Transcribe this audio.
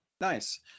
Nice